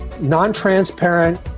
non-transparent